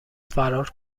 فرار